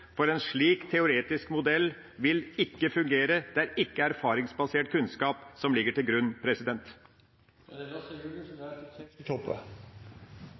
for en slik teoretisk modell vil ikke fungere. Det er ikke erfaringsbasert kunnskap som ligger til grunn. For å fortsette litt på det som handler om digitalisering: Det er